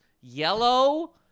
yellow